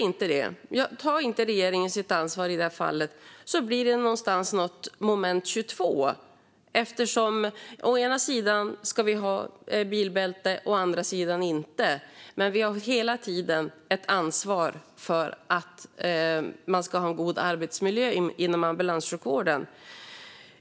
Om inte regeringen tar sitt ansvar i det här fallet blir det ett moment 22 - å ena sidan ska människor ha bilbälte, å andra sidan inte. Vi har hela tiden ett ansvar för att man ska ha en god arbetsmiljö inom ambulanssjukvården.